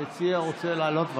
המציע רוצה לעלות?